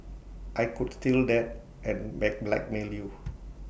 I could steal that and blackmail you